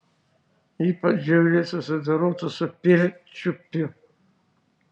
ypač žiauriai susidorota su pirčiupiu